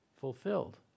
fulfilled